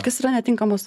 kas yra netinkamas